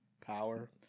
Power